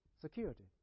Security